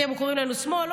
אתם קוראים לנו שמאל,